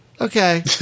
Okay